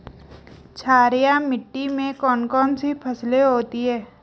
क्षारीय मिट्टी में कौन कौन सी फसलें होती हैं?